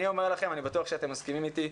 אני אומר לכם, אני בטוח שאתם מסכימים איתי.